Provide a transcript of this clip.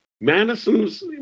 Madison's